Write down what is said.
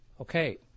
Okay